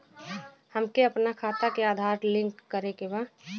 हमके अपना खाता में आधार लिंक करें के बा?